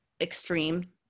extreme